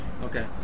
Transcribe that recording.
Okay